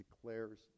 declares